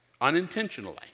unintentionally